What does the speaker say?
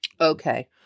Okay